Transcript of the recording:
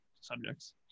subjects